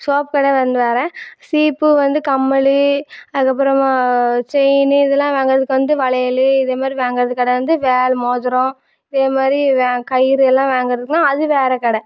soap கடை வந்து வேறு சீப்பு வந்து கம்மல் அதுக்கு அப்புறமா செயின் இதெலாம் வாங்கிறதுக்கு வந்து வளையல் இதே மாதிரி வாங்கிறது கடை வந்து வேறு மோதிரம் இதே மாதிரி வே கயிறு எல்லாம் வாங்கிறதுக்குலாம் அது வேறு கடை